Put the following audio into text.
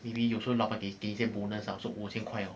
maybe 有时候老板给给一些 bonus ah so 五千块 hor